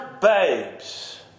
babes